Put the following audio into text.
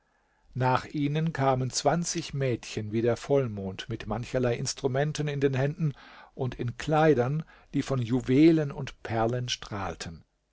nach ihnen kamen mädchen wie der vollmond mit mancherlei instrumenten in den händen und in kleidern die von juwelen und perlen strahlten